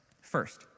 first